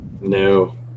No